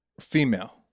female